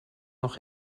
noch